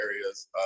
areas